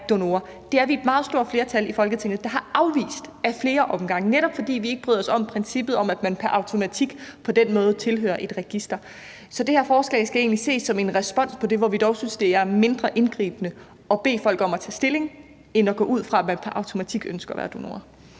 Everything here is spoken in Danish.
donorer. Det er vi et meget stort flertal i Folketinget der har afvist ad flere omgange, netop fordi vi ikke bryder os om princippet om, at man pr. automatik på den måde tilhører et register. Så det her forslag skal egentlig ses som en respons på det, hvor vi dog synes det er mindre indgribende at bede folk om at tage stilling end at gå ud fra, at man pr. automatik ønsker at være donor.